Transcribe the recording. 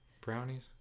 Brownies